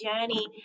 journey